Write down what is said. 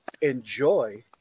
enjoy